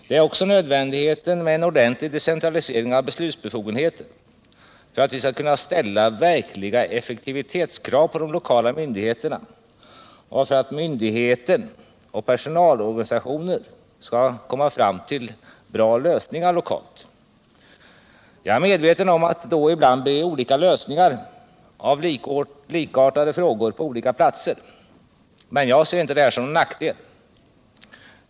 Det är också nödvändigt med en ordentlig decentralisering av beslutsbefogenheter för att vi skall kunna ställa verkliga effektivitetskrav på de lokala myndigheterna och för att myndigheterna och personalorganisationerna skall komma fram till bra lösningar lokalt. Jag är medveten om att det då ibland blir olika lösningar på likartade frågor på skilda platser. Men jag ser inte detta som någon nackdel.